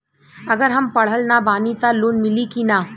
अगर हम पढ़ल ना बानी त लोन मिली कि ना?